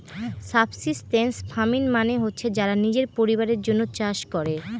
subsistence farming মানে হচ্ছে যারা নিজের পরিবারের জন্য চাষ করে